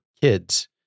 kids